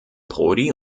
prodi